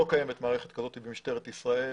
לא קיימת מערכת כזאת במשטרת ישראל.